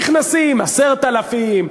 נכנסים 10,000,